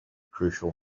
crucial